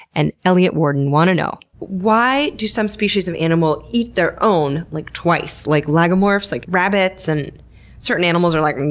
and elliott warden want to know why do some species of animal eat their own? like twice? like lagomorphs, like rabbits and certain animals are like,